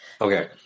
okay